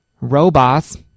Robots